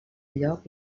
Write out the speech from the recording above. lloc